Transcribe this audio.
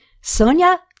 Sonia